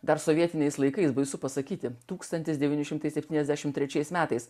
dar sovietiniais laikais baisu pasakyti tūkstantis devyni šimtai septyniasdešimt trečiais metais